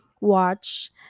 watch